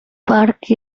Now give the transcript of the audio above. park